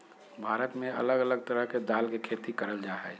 भारत में अलग अलग तरह के दाल के खेती करल जा हय